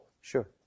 Sure